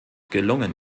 gelungen